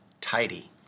tidy